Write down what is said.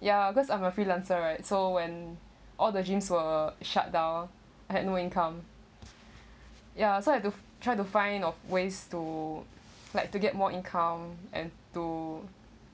ya because I'm a freelancer right so when all the gyms were shutdown had no income ya so you have to try to find of ways to like to get more income and to